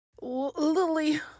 Lily